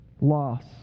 loss